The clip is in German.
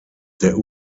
der